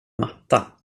matta